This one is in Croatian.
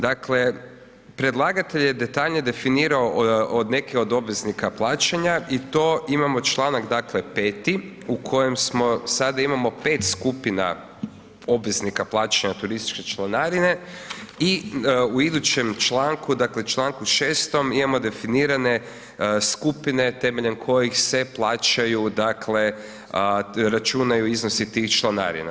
Dakle, predlagatelj je detaljnije definirao od neke od obveznika plaćanja i to imamo čl., dakle, 5. u kojem smo sada imamo 5 skupina obveznika plaćanja turističke članarine i u idućem članku, dakle, čl. 6. imamo definirane skupine temeljem kojih se plaćaju, dakle, račune ili iznosi tih članarina.